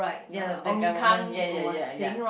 ya the government ya ya ya ya